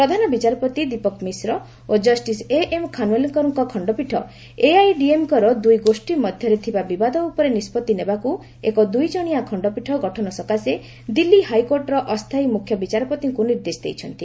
ପ୍ରଧାନ ବିଚାରପତି ଦୀପକ୍ ମିଶ୍ର ଓ justice AM ଖାନ୍ୱିଲ୍କରଙ୍କ ଖଣ୍ଡପୀଠ ଏଆଇଏଡିଏମ୍କେର ଦୁଇ ଗୋଷ୍ଠୀ ମଧ୍ୟରେ ଥିବା ବିବାଦ ଉପରେ ନିଷ୍କତ୍ତି ନେବାକୁ ଏକ ଦୁଇଜଣିଆ ଖଣ୍ଡପୀଠ ଗଠନ ସକାଶେ ଦିଲ୍ଲୀ ହାଇକୋର୍ଟର ଅସ୍ଥାୟୀ ମୁଖ୍ୟ ବିଚାରପତିଙ୍କୁ ନିର୍ଦ୍ଦେଶ ଦେଇଛନ୍ତି